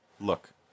look